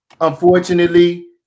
unfortunately